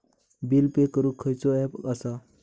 Bill pay करूक खैचो app असा?